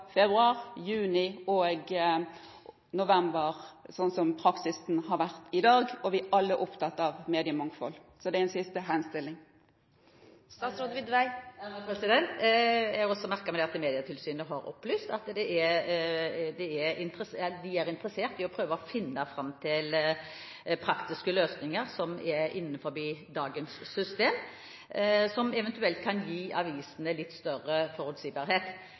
februar, juni og november, sånn som praksis har vært i dag, og vi er alle opptatt av mediemangfold. Så det er en siste henstilling. Jeg har også merket meg at Medietilsynet har opplyst at de er interessert i å prøve å finne fram til praktiske løsninger innenfor dagens system, som eventuelt kan gi avisene litt større forutsigbarhet.